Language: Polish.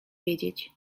wiedzieć